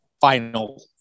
final